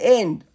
end